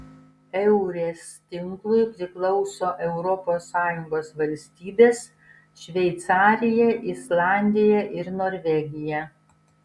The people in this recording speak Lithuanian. eures tinklui priklauso europos sąjungos valstybės šveicarija islandija ir norvegija